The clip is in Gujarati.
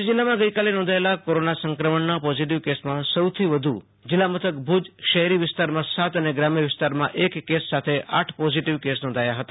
કચ્છ જિલ્લામાં ગઈકાલે નોંધાયેલા કોરોના સંક્રમણના પોઝિટિવ કેસમાં સૌથી વધુ જિલ્લામથક ભુજ શહેરી વિસ્તારમાં સાત અને ગ્રામ્ય વિસ્તારમાં એક કેસ સાથે આઠ પોઝિટિવ કેસ નોંધાયા હતા